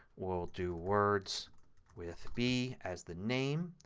we'll do words with b as the name.